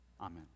Amen